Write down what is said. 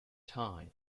tie